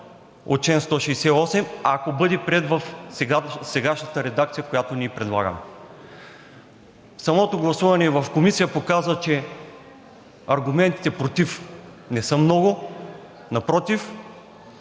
чл. 168, ако бъде приет в сегашната редакция, която ние предлагаме. Самото гласуване в Комисията показва, че аргументите против не са много. Напротив